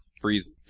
Freeze